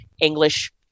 english